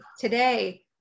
today